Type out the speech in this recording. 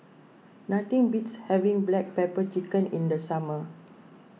nothing beats having Black Pepper Chicken in the summer